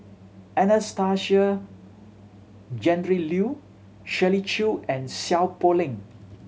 Anastasia Tjendri Liew Shirley Chew and Seow Poh Leng